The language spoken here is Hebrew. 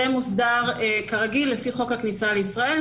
זה מוסדר כרגיל לפי חוק הכניסה לישראל,